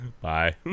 Bye